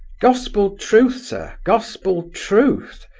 gospel truth, sir, gospel truth!